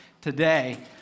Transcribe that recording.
today